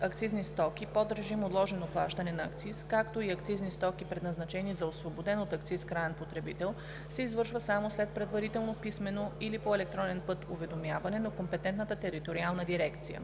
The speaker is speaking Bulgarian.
акцизни стоки под режим отложено плащане на акциз, както и акцизни стоки, предназначени за освободен от акциз краен потребител, се извършва само след предварително писмено или по електронен път уведомяване на компетентната териториална дирекция.“